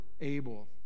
able